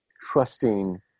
trusting